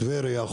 טבריה,